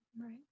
right